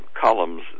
columns